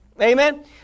Amen